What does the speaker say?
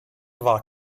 war